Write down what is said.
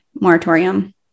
moratorium